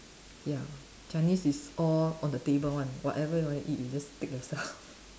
ya Chinese is all on the table [one] whatever you want to eat you just take yourself